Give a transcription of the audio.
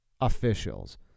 officials